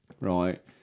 right